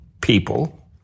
people